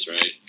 Right